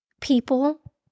people